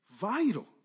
vital